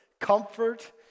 Comfort